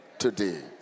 today